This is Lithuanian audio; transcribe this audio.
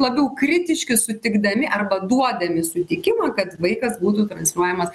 labiau kritiški sutikdami arba duodami sutikimą kad vaikas būtų transliuojamas